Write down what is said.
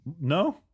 no